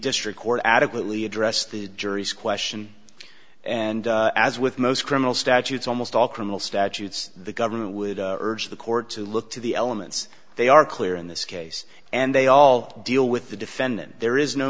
district court adequately addressed the jury's question and as with most criminal statutes almost all criminal statutes the government would urge the court to look to the elements they are clear in this case and they all deal with the defendant there is no